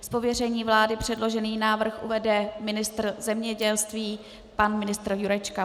Z pověření vlády předložený návrh uvede ministr zemědělství pan ministr Jurečka.